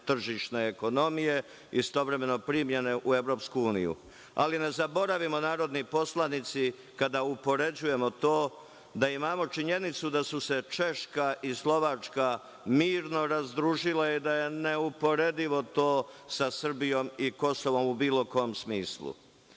tržišne ekonomije, istovremeno primljene u Evropsku uniju. Ali, ne zaboravimo, narodni poslanici, kada upoređujemo to, da imamo činjenicu da su se Češka i Slovačka mirno razdružile i da je to neuporedivo sa Srbijom i Kosovom, u bilo kom smislu.S